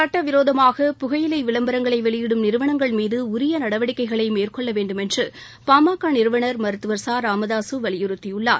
சட்டவிரோதமாக புகையிலை விளம்பரங்களை வெளியிடும் நிறுவளங்கள் மீது உரிய நடவடிக்கைகளை மேற்கொள்ள வேண்டுமென்று பாமக நிறுவனா் மருத்துவர் ச ராமதாசு வலியுறத்தியுள்ளார்